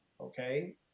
Okay